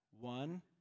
One